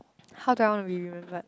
how do I want to be remembered